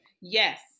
Yes